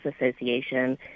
Association